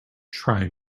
try